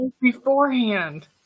beforehand